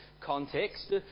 context